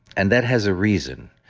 and that has a reason,